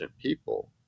people